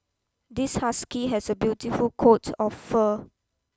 this husky has a beautiful coat of fur